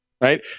right